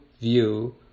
view